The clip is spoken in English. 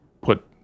put